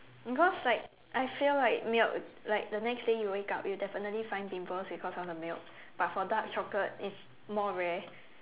because like I feel like milk like the next day you wake up you would definitely find pimples because of the milk but for dark chocolate it's more rare